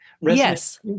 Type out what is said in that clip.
Yes